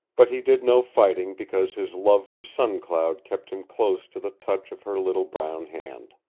but he did no fighting because his love for sun cloud kept him close to the touch of her little brown hand.